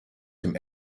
dem